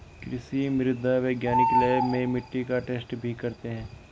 कृषि मृदा वैज्ञानिक लैब में मिट्टी का टैस्ट भी करते हैं